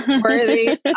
worthy